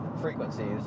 frequencies